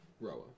Roa